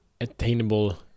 attainable